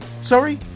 Sorry